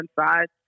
inside